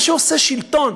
מה שעושה שלטון,